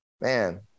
Man